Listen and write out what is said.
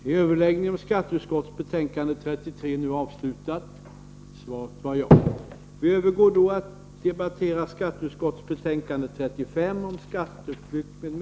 Kammaren övergår nu till att debattera skatteutskottets betänkande 35 om